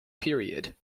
period